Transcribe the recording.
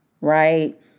Right